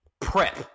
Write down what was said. Prep